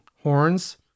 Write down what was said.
Horns